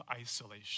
isolation